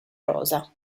rosa